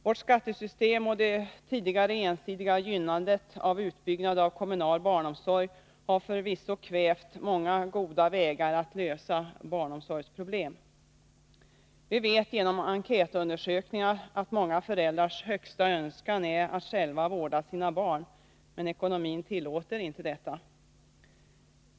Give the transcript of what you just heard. Vårt skattesystem och det tidigare ensidiga gynnandet av utbyggnad av kommunal barnomsorg har förvisso kvävt många goda möjligheter att lösa barnomsorgsproblem. Vi vet genom enkätundersökningar att många föräldrars högsta önskan är att själva vårda sina barn, men ekonomin tillåter inte detta.